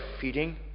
feeding